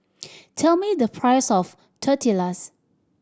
tell me the price of Tortillas